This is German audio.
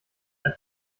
ein